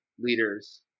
leaders